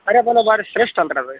ಕರಿ ಬೆಲ್ಲ ಭಾರೀ ಶ್ರೇಷ್ಠ ಅಲ್ರೀ ಅದು